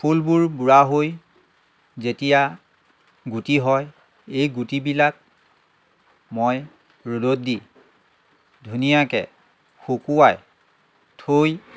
ফুলবোৰ বুঢ়া হৈ যেতিয়া গুটি হয় এই গুটিবিলাক মই ৰ'দত দি ধুনীয়াকৈ শুকুৱাই থৈ